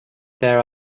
there